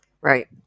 Right